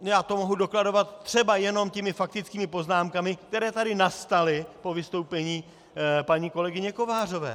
Já to mohu dokladovat třeba jenom těmi faktickými poznámkami, které tady nastaly po vystoupení paní kolegyně Kovářové.